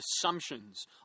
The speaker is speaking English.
assumptions